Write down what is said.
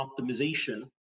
optimization